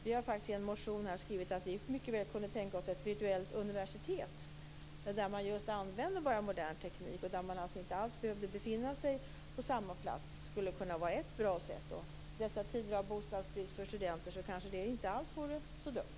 Vi har i en motion skrivit att vi mycket väl kan tänka oss ett virtuellt universitet där man just använder modern teknik och inte alls skulle behöva befinna sig på platsen. Det skulle kunna vara ett bra sätt. I dessa tider med bostadsbrist för studenter kanske det inte alls vore så dumt.